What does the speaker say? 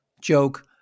joke